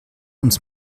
uns